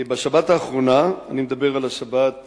בשבת האחרונה, אני מדבר על השבת האחרונה,